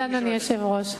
אדוני היושב-ראש,